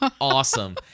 awesome